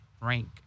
Rank